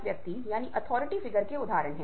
व्यर्थ की बाते सुनने का भी अभ्यास करें